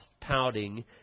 pouting